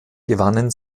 gewannen